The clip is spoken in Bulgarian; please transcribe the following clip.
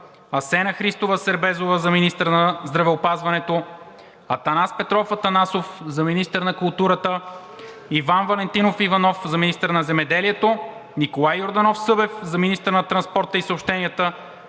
Асена Христова Сербезова – за министър на здравеопазването; Атанас Петров Атанасов – за министър на културата; Иван Валентинов Иванов – за министър на земеделието; Николай Йорданов Събев – за министър на транспорта и съобщенията;